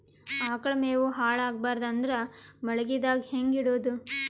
ಆಕಳ ಮೆವೊ ಹಾಳ ಆಗಬಾರದು ಅಂದ್ರ ಮಳಿಗೆದಾಗ ಹೆಂಗ ಇಡೊದೊ?